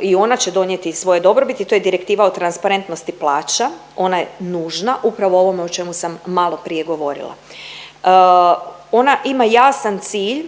i ona će donijeti svoje dobrobiti to je Direktiva o transparentnosti plaća. Ona je nužna upravo ovome o čemu sam maloprije govorila. Ona ima jasan cilj